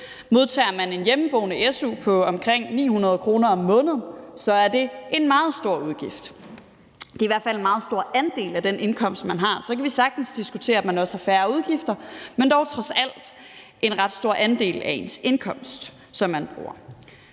Modtager man en su for hjemmeboende på omkring 900 kr. om måneden, er det en meget stor udgift. Det er i hvert fald en meget stor andel af den indkomst, man har. Så kan vi sagtens diskutere, at man også har færre udgifter, men det er dog trods alt en ret stor andel af ens indkomst, som man bruger.